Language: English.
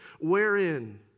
wherein